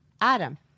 Adam